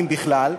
אם בכלל,